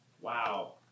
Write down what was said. Wow